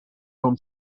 from